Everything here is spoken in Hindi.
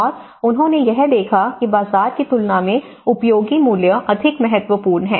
और उन्होंने यह देखा कि बाजार की तुलना में उपयोगी मूल्य अधिक महत्वपूर्ण है